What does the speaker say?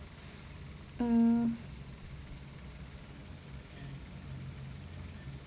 mm